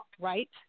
right